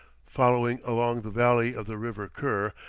following along the valley of the river kur,